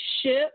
ship